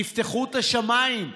תפתחו את השמיים.